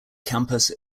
campus